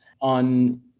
on